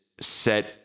set